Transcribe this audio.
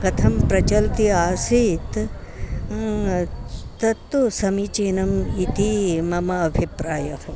कथं प्रचलती आसीत् तत्तु समीचीनम् इति मम अभिप्रायः